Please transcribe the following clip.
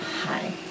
Hi